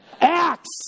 Acts